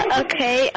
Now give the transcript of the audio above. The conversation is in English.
okay